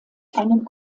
einen